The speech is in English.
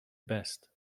best